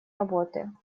работы